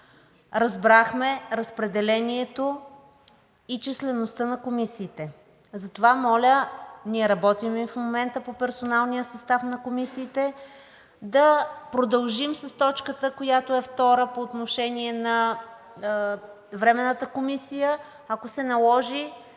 разбрахме разпределението и числеността на комисиите. Затова моля, ние работим в момента по персоналния състав на комисиите, да продължим с точката, която е втора, по отношение на Временната комисия. Ако се наложи,